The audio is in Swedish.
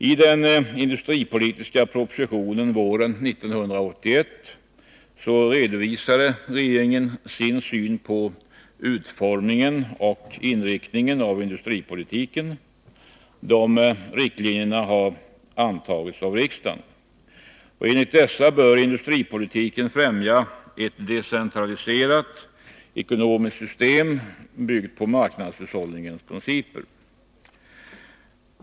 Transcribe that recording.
I den industripolitiska propositionen våren 1981 redovisade regeringen sin syn på utformningen och inriktningen av industripolitiken. De riktlinjerna har antagits av riksdagen. Enligt dessa bör industripolitiken främja ett decentraliserat ekonomiskt system byggt på marknadshushållningens principer.